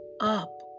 up